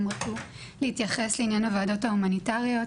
הם רצו להתייחס לעניין הוועדות ההומניטריות.